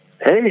Hey